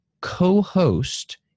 co-host